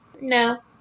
No